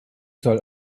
soll